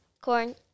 corn